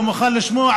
הוא לא מוכן לשמוע,